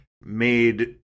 made